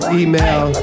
email